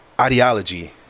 ideology